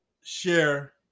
share